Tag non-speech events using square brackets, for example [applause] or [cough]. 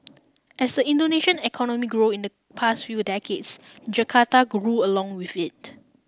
[noise] as the Indonesian economy grew in the past few decades Jakarta grew along with it